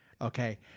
Okay